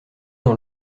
dans